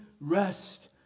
rest